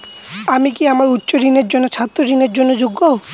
আমি কি আমার উচ্চ শিক্ষার জন্য ছাত্র ঋণের জন্য যোগ্য?